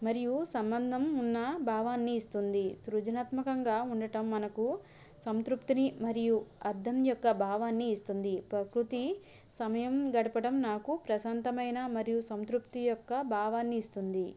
మరియు సంబంధం ఉన్న భావాన్ని ఇస్తుంది సృజనాత్మకంగా ఉండటం మనకు సంతృప్తిని మరియు అర్థం యొక్క భావాన్ని ఇస్తుంది ప్రకృతి సమయం గడపడం నాకు ప్రశాంతమైన మరియు సంతృప్తి యొక్క భావాన్ని ఇస్తుంది